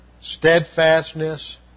steadfastness